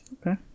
Okay